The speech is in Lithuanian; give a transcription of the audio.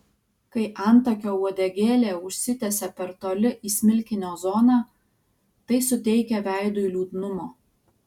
kai antakio uodegėlė užsitęsia per toli į smilkinio zoną tai suteikia veidui liūdnumo